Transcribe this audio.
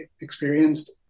experienced